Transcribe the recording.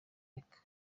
rico